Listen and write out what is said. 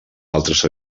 altres